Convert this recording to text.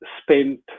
spent